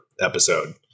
episode